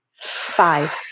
Five